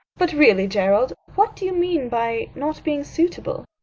but really, gerald, what do you mean by not being suitable?